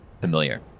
familiar